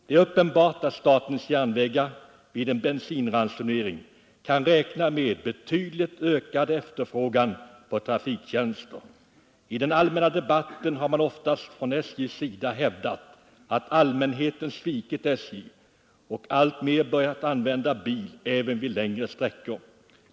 Det är uppenbart att statens järnvägar vid en bensinransonering kan räkna med betydligt ökad efterfrågan på trafiktjänster. I den allmänna debatten har man ofta från SJ:s sida hävdat att allmänheten svikit SJ och alltmer börjat använda bil även vid längre sträckor.